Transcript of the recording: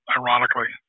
ironically